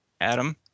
Adam